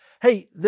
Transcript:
Hey